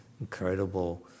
incredible